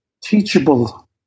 teachable